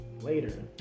later